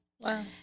Wow